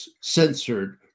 censored